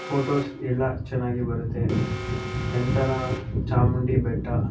photos ಎಲ್ಲ ಚೆನ್ನಾಗಿ ಬರುತ್ತೆ ನಂತರ ಚಾಮುಂಡಿ ಬೆಟ್ಟ